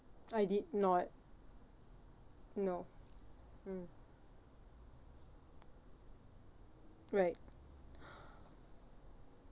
I did not no mm right